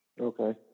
Okay